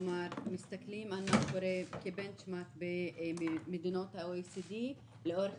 כלומר מסתכלים מה קורה במדינות OECD לאורך